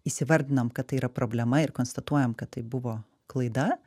įsivardinam kad tai yra problema ir konstatuojam kad tai buvo klaida